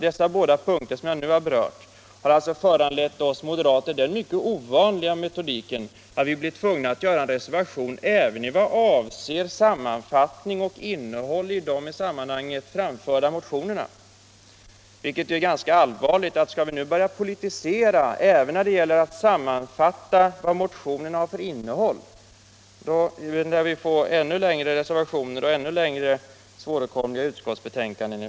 De båda punkter som jag nu har berört har föranlett oss moderater att tillgripa den mycket ovanliga metoden att i en reservation göra en sammanfattning av innehållet i de i sammanhanget väckta motionerna, vilket är ganska allvarligt. Skall vi nu börja politisera även när det gäller att sammanfatta motioners innehåll lär vi i framtiden få ännu längre reservationer och svåröverskådliga utskottsbetänkanden.